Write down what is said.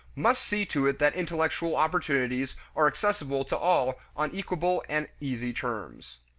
must see to it that intellectual opportunities are accessible to all on equable and easy terms.